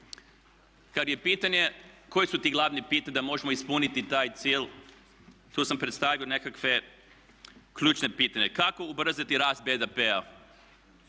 Kada je pitanje koja su ta glavna pitanja da možemo ispuniti taj cilj, tu sam predstavio nekakva ključna pitanja. Kako ubrzati rast BDP-a,